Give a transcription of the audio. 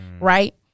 right